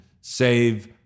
save